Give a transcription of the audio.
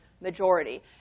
majority